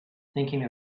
thinking